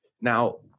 Now